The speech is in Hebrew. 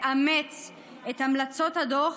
לאמץ את המלצות הדוח,